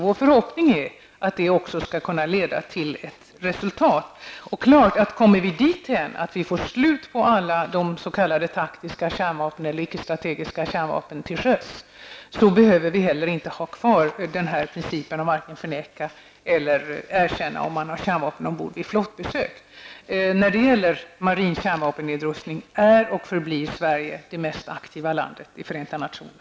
Vår förhoppning är att det också skall kunna leda till ett resultat. Kommer vi dithän att vi får slut på alla de s.k. taktiska eller icke strategiska kärnvapnen till sjöss, behöver vi heller inte ha kvar den princip som går ut på att varken förneka eller erkänna om man vid flottbesök har kärnvapen ombord. När det gäller marin kärnvapennedrustning är och förblir Sverige det mest aktiva landet i Förenta nationerna.